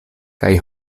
kaj